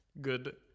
Good